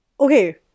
okay